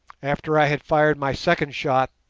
after i had fired my second shot,